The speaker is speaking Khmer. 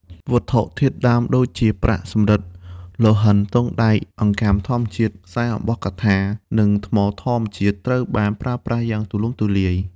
វត្ថុធាតុដើមដូចជា ប្រាក់ សំរឹទ្ធ លង្ហិន ទង់ដែង អង្កាំធម្មជាតិ ខ្សែអំបោះកថា និងថ្មធម្មជាតិ ត្រូវបានប្រើប្រាស់យ៉ាងទូលំទូលាយ។